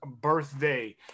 birthday